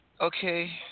Okay